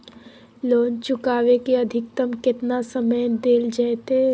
Loan चुकाबे के अधिकतम केतना समय डेल जयते?